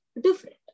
different